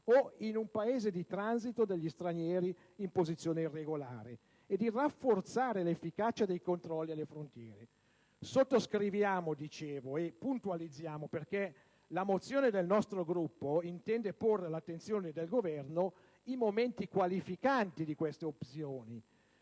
o in un Paese di transito degli stranieri in posizione irregolare, e di rafforzare l'efficacia dei controlli alle frontiere. Sottoscriviamo - dicevo - e puntualizziamo, perché la mozione del nostro Gruppo intende porre l'attenzione del Governo in momenti qualificanti di queste opzioni.